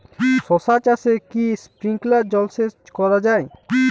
শশা চাষে কি স্প্রিঙ্কলার জলসেচ করা যায়?